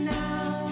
now